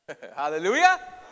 Hallelujah